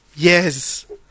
Yes